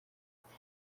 iki